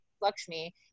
Lakshmi